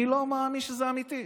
אני לא מאמין שזה אמיתי.